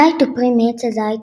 זית הוא פרי מעץ הזית,